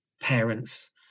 parents